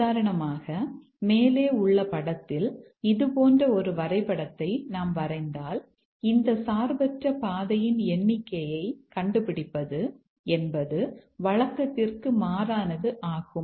உதாரணமாக மேலே உள்ள படத்தில் இது போன்ற ஒரு வரைபடத்தை நாம் வரைந்தால் இந்த சார்பற்ற பாதையின் எண்ணிக்கையை கண்டுபிடிப்பது என்பது வழக்கத்திற்கு மாறானது ஆகும்